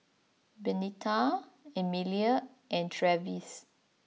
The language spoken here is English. Benita Amelie and Travis